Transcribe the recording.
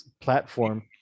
platform